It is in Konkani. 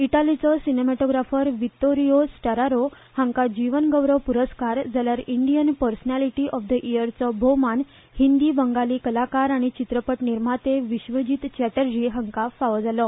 इटालिचो सीनेमॅटोग्राफर वितोरीयो स्तारारो हांकां जीवन गौरव पुरस्कार जाल्यार इंडियन पर्सनालिटी ऑफ इयरचो भौमान हिंदी बंगाली कलाकार आनी चित्रपट निर्माते विश्वजीत चॅटर्जी हांकां फावो जालो